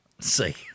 See